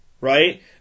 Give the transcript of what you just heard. right